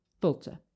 filter